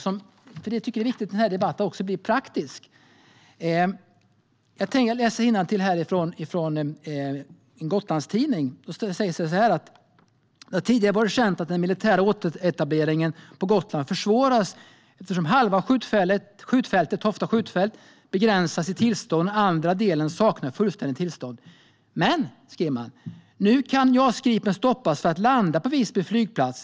Det jag tycker är viktigt i debatten är att man också är praktisk. Jag läser ur en Gotlandstidning: "Det har tidigare varit känt att den militära återetableringen på Gotland försvårats eftersom halva skjutfältet" - Tofta skjutfält - "har ett begränsat tillstånd och den andra delen saknar fullständigt tillstånd. Men nu kan även Jas Gripen stoppas från att landa på Visby flygplats.